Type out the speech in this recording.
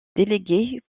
délégué